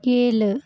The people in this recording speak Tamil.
ஏழு